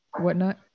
whatnot